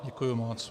Děkuji moc.